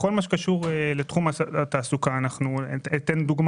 בכל מה שקשור לתחום התעסוקה אנחנו מזהים,